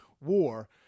war